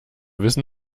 wissen